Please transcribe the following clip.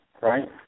right